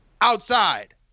outside